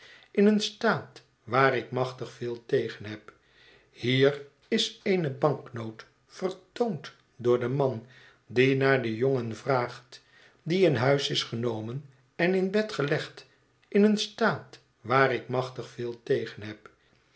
in een staat waar ik machtig veel tegen heb hier is eene banknoot vertoond door den man die naar den jongen vraagt die in huis is genomen en in bed gelegd in een staat waar ik machtig veel tegen heb